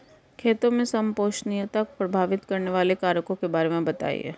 खेती में संपोषणीयता को प्रभावित करने वाले कारकों के बारे में बताइये